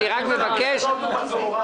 אני רק מבקש שתסתפקי במשפט.